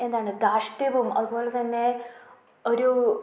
എന്താണ് ദാർഷ്ട്യവും അതുപോലെത്തന്നെ ഒരു